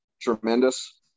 tremendous